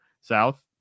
south